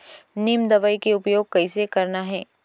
नीम दवई के उपयोग कइसे करना है?